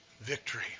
Victory